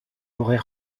aurait